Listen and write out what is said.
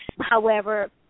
however-